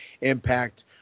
impact